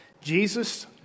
Jesus